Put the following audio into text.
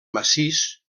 massís